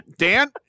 Dan